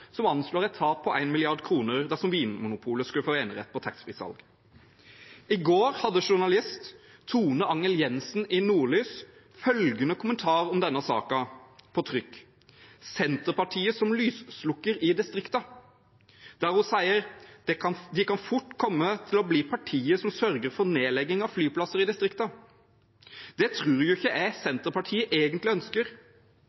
som anslår et tap på 1 mrd. kr dersom Vinmonopolet skulle få enerett på taxfree-salg. I går hadde journalist Tone Angell Jensen i Nordlys følgende kommentar på trykk om denne saken: «Senterpartiet som lyseslukker i distriktene», der hun sier: «Men de kan fort komme til å bli partiet som sørger for nedlegging av flyplasser i distriktene.» Det tror jeg ikke